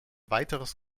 weiteres